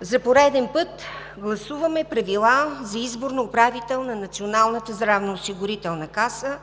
За пореден път гласуваме Правила за избор на управител на Националната здравноосигурителна каса,